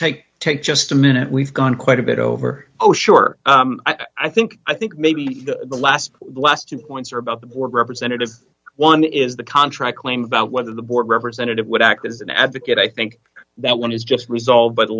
take take just a minute we've gone quite a bit over oh sure i think i think maybe the last last two points are about the more representative one is the contract claim about whether the board representative would act as an advocate i think that one is just resolve but